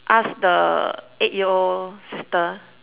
ask the eight year old sister